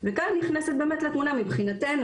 וכאן נכנסת באמת לתמונה מבחינתנו,